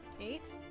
eight